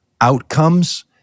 outcomes